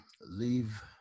leave